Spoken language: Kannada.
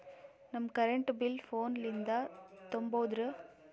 ನಮ್ ಕರೆಂಟ್ ಬಿಲ್ ಫೋನ ಲಿಂದೇ ತುಂಬೌದ್ರಾ?